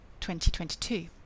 2022